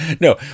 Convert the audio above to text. no